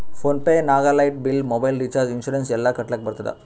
phone pay ನಾಗ್ light bill, mobile recharge, insurance ಎಲ್ಲಾ ಕಟ್ಟಲಕ್ ಬರ್ತುದ್